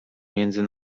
między